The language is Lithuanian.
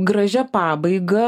gražia pabaiga